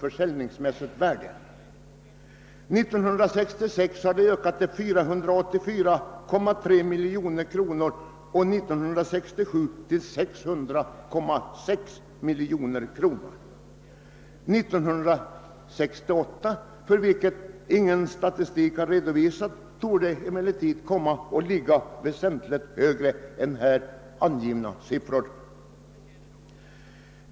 År 1966 ökade siffran till 484,3 miljoner och år 1967 till 600,6 miljoner kronor. Mellanölsförsäljningen under år 1968, för vilket år ingen statistik har redovisats, torde emellertid komma att ligga väsentligt högre än de här angivna siffrorna.